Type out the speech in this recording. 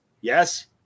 Yes